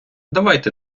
давайте